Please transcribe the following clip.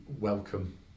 welcome